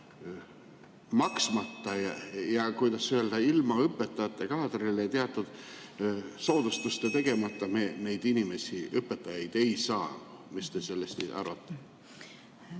maksmata, ja kuidas öelda, ilma õpetajate kaadrile teatud soodustusi tegemata me neid inimesi, õpetajaid, ei saa. Mis te sellest arvate?